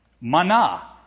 Mana